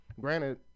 Granted